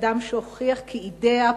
אדם שהוכיח כי אידיאה,